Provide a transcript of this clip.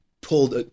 pulled